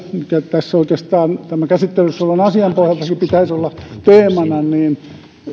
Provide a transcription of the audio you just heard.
tässä oikeastaan tämän käsittelyssä olevan asian pohjaltakin pitäisi olla teemana että